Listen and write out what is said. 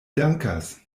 dankas